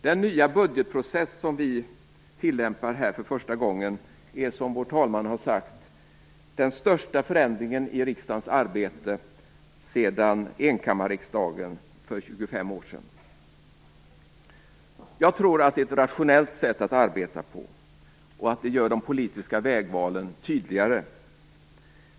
Den nya budgetprocess som vi här tillämpar för första gången är som talmannen har sagt den största förändringen i riksdagens arbete sedan enkammarriksdagen infördes för 25 år sedan. Jag tror att det är ett rationellt sätt att arbeta på och att det gör de politiska vägvalen tydligare.